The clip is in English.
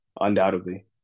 Undoubtedly